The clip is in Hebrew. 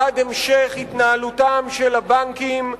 בעד המשך התנהלותם של הבנקים,